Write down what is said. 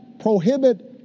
prohibit